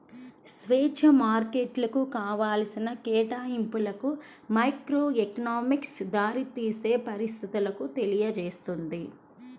స్వేచ్ఛా మార్కెట్లు కావాల్సిన కేటాయింపులకు మైక్రోఎకనామిక్స్ దారితీసే పరిస్థితులను తెలియజేస్తుంది